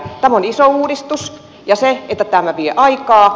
tämä on iso uudistus ja tämä vie aikaa